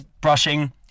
brushing